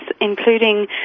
including